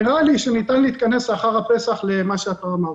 נראה לי שניתן להתכנס לאחר הפסח למה שאתה אמרת.